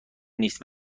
نیست